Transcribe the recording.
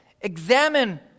Examine